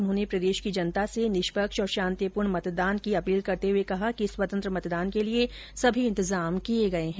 उन्होंने प्रदेश की जनता से निष्पक्ष और शांतिपूर्ण मतदान की अपील करते हुए कहा कि स्वतंत्र मतदान के लिए सभी इन्तजाम किए गए है